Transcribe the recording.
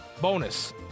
Bonus